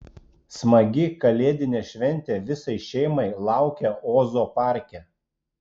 smagi kalėdinė šventė visai šeimai laukia ozo parke